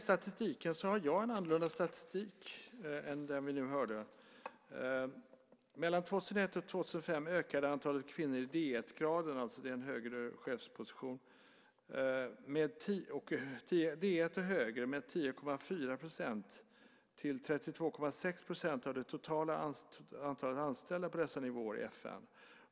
Jag har en annorlunda statistik än den vi nu hörde. Mellan 2001 och 2005 ökade antalet kvinnor i lönegrad D-1 - en högre chefsposition - med 10,4 % till 32,6 % av det totala antalet anställda på dessa nivåer i FN.